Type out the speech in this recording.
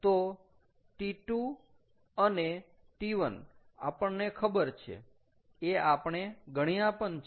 તો T2 and T1 આપણને ખબર છે એ આપણે ગણ્યા પણ છે